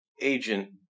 Agent